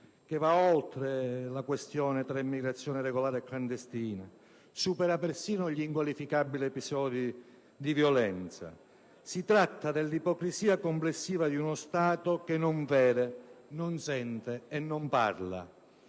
che va oltre la distinzione tra immigrazione regolare e clandestina e supera persino gli inqualificabili episodi di violenza registrati. Si tratta dell'ipocrisia complessiva di uno Stato che non vede, non sente e non parla;